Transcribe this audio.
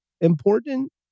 important